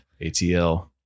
atl